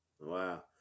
Wow